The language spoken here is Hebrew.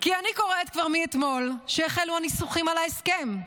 כי אני קוראת כבר מאתמול שהחלו הניסוחים של ההסכם.